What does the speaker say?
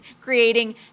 creating